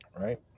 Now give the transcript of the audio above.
right